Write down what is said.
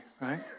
right